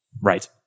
Right